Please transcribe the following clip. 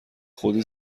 خودی